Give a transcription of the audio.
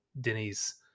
Denny's